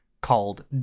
called